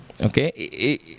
Okay